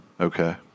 Okay